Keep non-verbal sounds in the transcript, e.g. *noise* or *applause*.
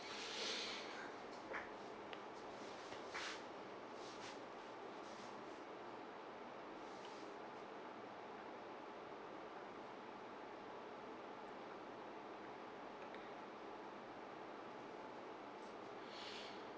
*breath*